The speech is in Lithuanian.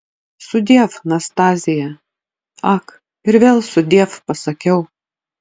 sudiev nastazija ak ir vėl sudiev pasakiau